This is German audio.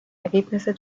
ergebnisse